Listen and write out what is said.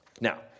Now